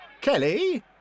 Kelly